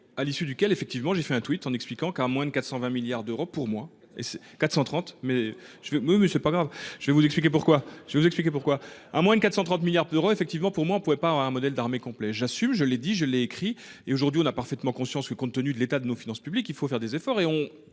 à l'issue duquel effectivement, j'ai fait un tweet en expliquant qu'à moins de 420 milliards d'euros pour moi et c'est 430 mais je vais me mais c'est pas grave, je vais vous expliquer pourquoi. Je vais vous expliquer pourquoi. À moins de 430 milliards d'euros effectivement pour moi on pouvait pas un modèle d'armée complet j'assume, je l'ai dit, je l'ai écrit et aujourd'hui on a parfaitement conscience que compte tenu de l'état de nos finances publiques, il faut faire des efforts et on